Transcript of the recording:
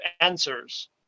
answers